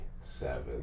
seven